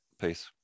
peace